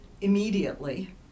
immediately